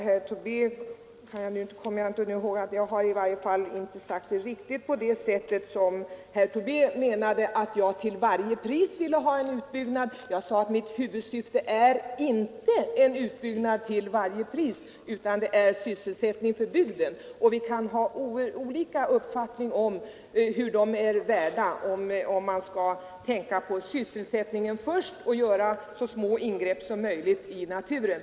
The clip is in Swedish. Herr Tobé menade kanske att jag till varje pris ville ha en utbyggnad Men jag uttryckte mig inte riktigt på det sättet. Jag sade att mitt huvudsyfte är inte en utbyggnad till varje pris, utan det är sysselsättning för bygden. Vi kan ha olika uppfattning om vilka värderingar som skall göras om man först skall tänka på sysselsättningen och om man skall göra så små ingrepp som möjligt i naturen.